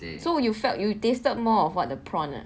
so you felt you tasted more of what the prawn ah